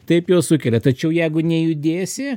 taip jos sukelia tačiau jeigu nejudėsi